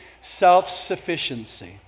self-sufficiency